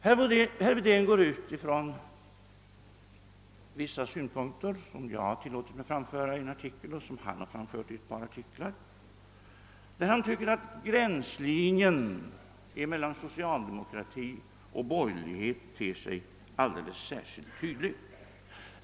Herr Wedén går ut ifrån vissa synpunkter som jag har tillåtit mig framföra i en artikel och synpunkter som han har framfört i ett par artiklar, där han gör gällande att gränslinjen mellan socialdemokrati och borgerlig ter sig alldeles särskilt tydlig.